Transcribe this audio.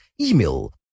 email